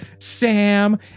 Sam